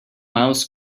mouse